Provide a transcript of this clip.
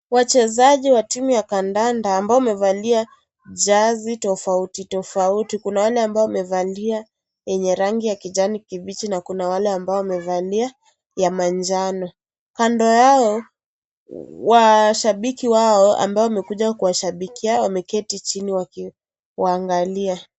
Wachezaji wa timu ya kandanda ambao wamevalia jazi tofauti tofauti kuna wale ambao wamevalia yenye rangi ya kijani kibichi na kuna wale ambao wamevalia ya manjano, kando yao washabiki wao ambao wamekuja kuwashabikia wameketi chini wakiwaangalia.